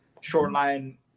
Shoreline